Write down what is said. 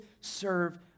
serve